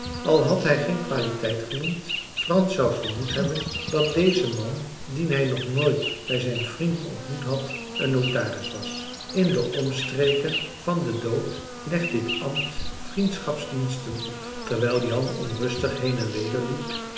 al had hij geen qualiteit genoemd frans zou vermoed hebben dat deze man dien hij nog nooit bij zijn vriend ontmoet had een notaris was in de omstreken van den dood legt dit ambt vriendschapsdiensten op terwijl jan onrustig heen en weder liep